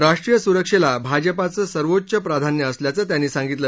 राष्ट्रीय सुरक्षेला भाजपाचं सर्वोच्च प्राधान्य असल्याचं त्यांनी सांगितलं